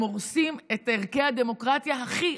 הם הורסים את ערכי הדמוקרטיה הכי,